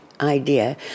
idea